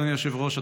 אדוני היושב-ראש,